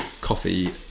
coffee